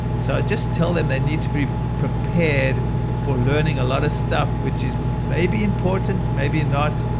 so just tell them they need to be prepared for learning a lot of stuff which is maybe important, maybe not,